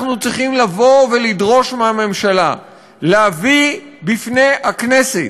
אנחנו צריכים לבוא ולדרוש מהממשלה להביא בפני הכנסת,